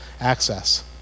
access